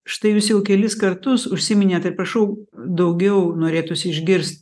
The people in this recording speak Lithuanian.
štai jūs jau kelis kartus užsiminėt tai prašau daugiau norėtųsi išgirst